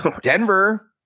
Denver